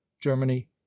germany